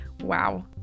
Wow